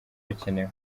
bikenewe